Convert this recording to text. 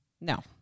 No